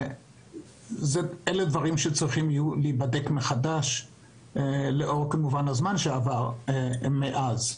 אלו דברים שצריכים להיבדק מחדש לאור הזמן שעבר מאז.